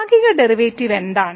ഭാഗിക ഡെറിവേറ്റീവ് എന്താണ്